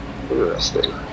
interesting